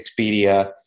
Expedia